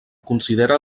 considera